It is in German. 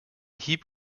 hieb